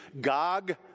Gog